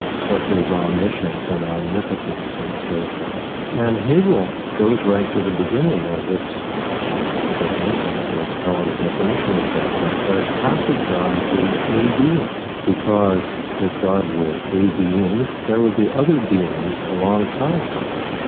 such as omniscience and um omnipotence and so forth. and hegel goes right to the beginning of this definition let's call it a definition of god and says, how could god be a being? because if god were a being, there would be other beings alongside god,